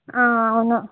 అవును